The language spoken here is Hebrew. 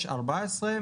יש 14,